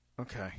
Okay